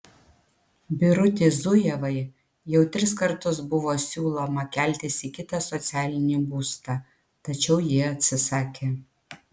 birutei zujevai jau tris kartus buvo siūloma keltis į kitą socialinį būstą tačiau ji atsisakė